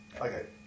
Okay